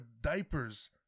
diapers